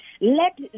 let